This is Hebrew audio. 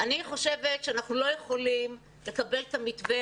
אני חושבת שאנחנו לא יכולים לקבל את המתווה